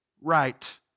right